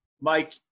Mike